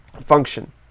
function